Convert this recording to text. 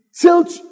tilt